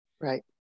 right